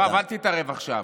יואב, אל תתערב עכשיו.